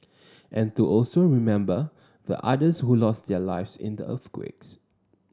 and to also remember the others who lost their lives in the earthquake